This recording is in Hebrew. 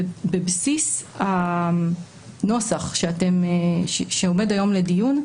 ובבסיס הנוסח שעומד היום לדיון,